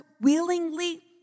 willingly